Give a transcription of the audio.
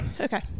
Okay